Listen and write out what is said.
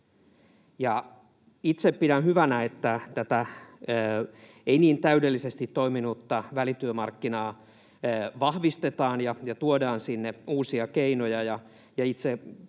itse pidän hyvänä, että tätä ei-niin-täydellisesti toiminutta välityömarkkinaa vahvistetaan ja tuodaan sinne uusia keinoja.